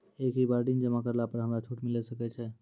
एक ही बार ऋण जमा करला पर हमरा छूट मिले सकय छै?